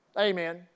Amen